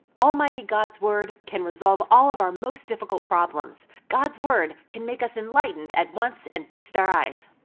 almighty god's word can resolve all of our most difficult problems. god's word can make us enlightened at once and feast our eyes.